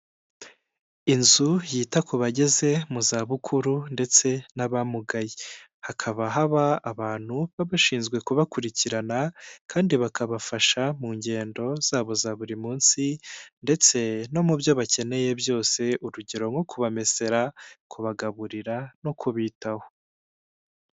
Inzu yita ku bageze mu za bukuru ndetse n'abamugaye hakaba haba abantu baba bashinzwe kubakurikirana kandi bakabafasha mu ngendo zabo za buri munsi ndetse no mu byo bakeneye byose urugero nko kubamesera kubagaburira no kubitaho.